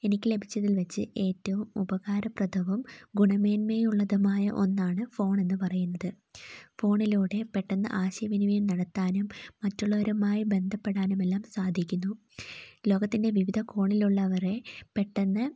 എനിക്ക് ലഭിച്ചതിൽ വച്ച് ഏറ്റവും ഉപകാരപ്രദവും ഗുണമേന്മയുള്ളതുമായ ഒന്നാണ് ഫോൺ എന്നു പറയുന്നത് ഫോണിലൂടെ പെട്ടെന്ന് ആശയവിനിമയം നടത്താനും മറ്റുള്ളവരുമായി ബന്ധപ്പെടാനും എല്ലാം സാധിക്കുന്നു ലോകത്തിൻ്റെ വിവിധ കോണിലുള്ളവരെ പെട്ടെന്ന്